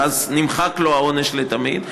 ואז נמחק לו העונש לתמיד.